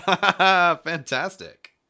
Fantastic